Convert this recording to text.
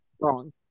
wrong